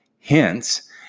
Hence